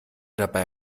dabei